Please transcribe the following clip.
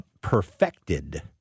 perfected